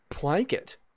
blanket